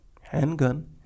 handgun